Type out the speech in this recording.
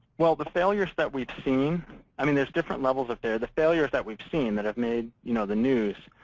well, the failures that we've seen i mean, there's different levels of failure. the failures that we've seen, that have made you know the news,